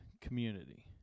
community